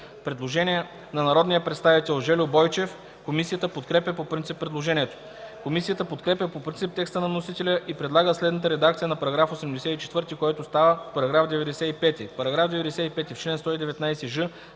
Предложение на народния представител Жельо Бойчев. Комисията подкрепя по принцип предложението. Комисията подкрепя по принцип текста на вносителя и предлага следната редакция на § 84, който става § 95: „§ 95. В чл. 119ж